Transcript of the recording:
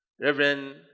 Reverend